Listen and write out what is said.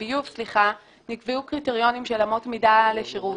נקבעו קריטריונים של אמות מידע לשרות.